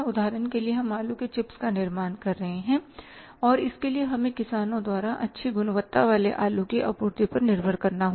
उदाहरण के लिए हम आलू के चिप्स का निर्माण कर रहे हैं और इसके लिए हमें किसानों द्वारा अच्छी गुणवत्ता वाले आलू की आपूर्ति पर निर्भर करना होगा